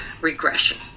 regression